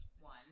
one